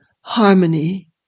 harmony